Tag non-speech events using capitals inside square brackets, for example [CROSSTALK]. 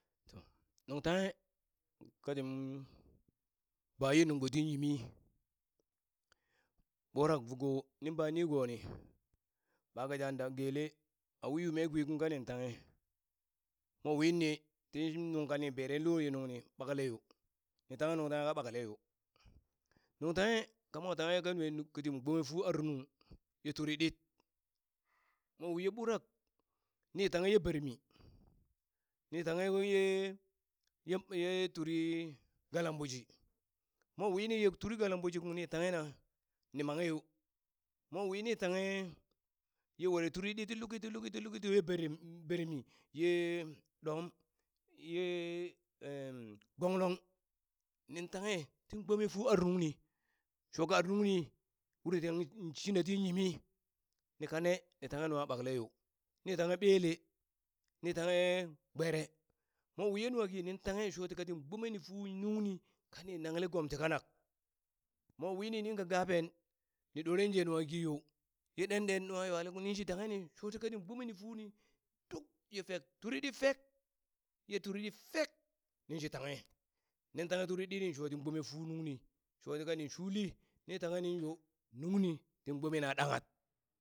To nuŋ tanghe kati mm baye nungbo tin yimi, ɓurak vuko nin ba nigo [NOISE] ni ɓaka jan gele a wi yu mee gwi kuŋ kani tanghe mowini ti shm nungka nin bere loye nunghi ɓakale yo ni tanghe nuŋ tanghe ka ɓakaleyo [NOISE] nuŋ tanghe. ka mwa tanghe [UNINTELLIGIBLE] katin gbome fu arnung ye turiɗit, mowi ye ɓurak ni tanghe ye bermi ni tanghe wiye ye ye ye turii galamgoshi mowini ye turi galamgoshi kung ni tanghe na ni manghe yo, mowi ni tanghe ye were turiɗit ti luki ti luki ti luki ti luki ti ye ber yem bermi yee ɗom ye [HESITATION] gonglong, nin tanghe tin gbome fu ar nungni, shoka ar nungni uri shina tin yimi [NOISE] ni kane ni tanghe nungha ɓakle yo, ni tanghe ɓele, ni tanghe gbere mon wi ye nwaki nin tanghe shoti katin gbomeni fu nuŋni kani nangle gom ti kanak, mo wini ninka ga pen ni ɗoren je nwakiyo, ye ɗenɗen nwa ywale kung nin shi tanghe shoti katin gbome fu ni duk ye fek turiɗit fek ye turiɗit fek! ninshi tanghe, nin tanghe turi ɗitɗi shoti gbome fu nung ni shoti kanin shuuli ni tanghe ni yo nungni tin gbome na dahad,